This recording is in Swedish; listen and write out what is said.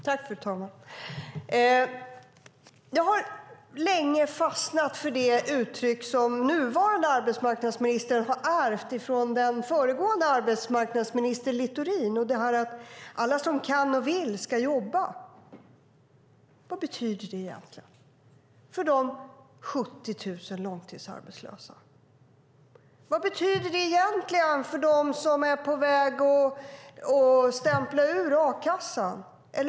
Fru talman! Jag har länge fastnat för det uttryck som den nuvarande arbetsmarknadsministern har ärvt från den föregående arbetsmarknadsministern, Littorin. Det är att alla som kan och vill ska jobba. Vad betyder det egentligen för de 70 000 långtidsarbetslösa? Vad betyder det för dem som är på väg att stämpla ur a-kassan?